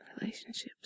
relationships